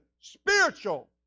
spiritual